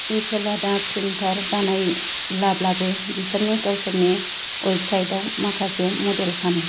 एपोला दा प्रिन्टार बानायलाब्लाबो बिसोरनि गावसोरनि अवेबसाइटाव माखासे मडेल फानो